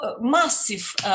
massive